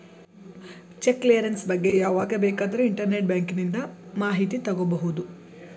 check clearance ಬಗ್ಗೆ ಯಾವಾಗ ಬೇಕಾದರೂ ಇಂಟರ್ನೆಟ್ ಬ್ಯಾಂಕಿಂದ ಮಾಹಿತಿ ತಗೋಬಹುದು